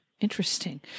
Interesting